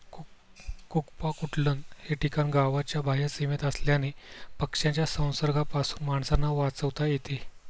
कुक्पाकुटलन हे ठिकाण गावाच्या बाह्य सीमेत असल्याने पक्ष्यांच्या संसर्गापासून माणसांना वाचवता येते